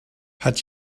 hat